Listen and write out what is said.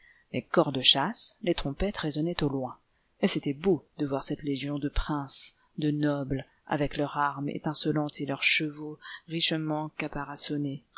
les cors de chasse les trompettes résonnaient au loin et c'était beau de voir cette légion de princes de nobles l'arbre de noël avec leurs armes étincelantes et leurs chevaux richement